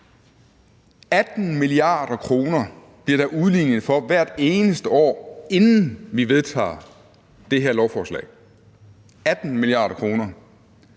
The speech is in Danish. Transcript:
18 mia. kr. bliver der udlignet for hvert eneste år, inden vi vedtager det her lovforslag – 18 mia. kr.